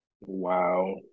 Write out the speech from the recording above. Wow